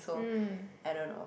mm